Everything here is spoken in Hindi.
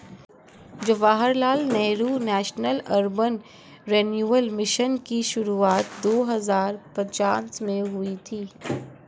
Jawaharlal Nehru national urban renewal mission की शुरुआत दो हज़ार पांच में हुई थी